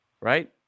Right